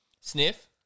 Sniff